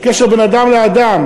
קשר בין אדם לאדם,